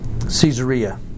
Caesarea